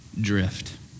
drift